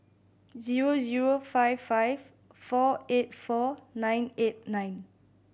zero zero five five four eight four nine eight nine